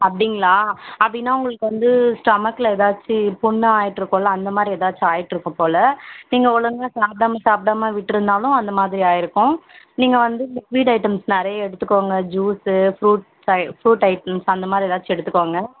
அப்படிங்களா அப்படின்னா உங்களுக்கு வந்து ஸ்டொமக்கில் எதாச்சு புண்ணாயிற்றுக்கும்ல அந்தமாதிரி எதாச்சும் ஆயிற்றுக்கும் போல் நீங்கள் ஒழுங்கா சாப்பிடாம சாப்பிடாம விட்டுருந்தாலும் அந்தமாதிரி ஆயிருக்கும் நீங்கள் வந்து லிக்வீட் ஐட்டம்ஸ் நிறைய எடுத்துக்கோங்க ஜூஸ்ஸு ஃப்ரூட் ப்ரூட் ஐட்டம்ஸ் அந்தமாதிரி எதாச்சும் எடுத்துக்கோங்க